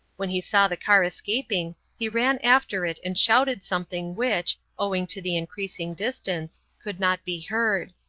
when he saw the car escaping he ran after it and shouted something which, owing to the increasing distance, could not be heard.